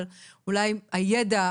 אבל אולי הידע,